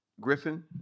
Griffin